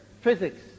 Physics